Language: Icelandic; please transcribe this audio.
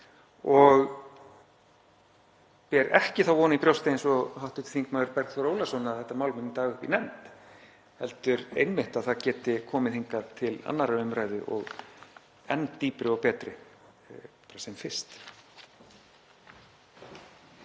Ég ber ekki þá von í brjósti, eins og hv. þm. Bergþór Ólason, að þetta mál muni daga uppi í nefnd heldur einmitt að það geti komið hingað til 2. umræðu og enn dýpri og betri sem fyrst.